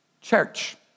church